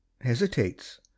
hesitates